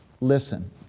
Listen